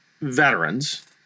veterans